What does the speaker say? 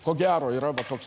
ko gero yra toks